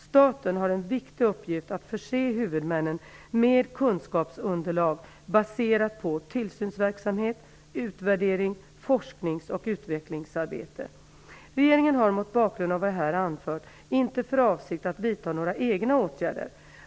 Staten har en viktig uppgift att förse huvudmännen med kunskapsunderlag baserat på tillsynsverksamhet, utvärdering, forsknings och utvecklingsarbete. Regeringen har mot bakgrund av vad jag här anfört inte för avsikt att vidta några egna åtgärder.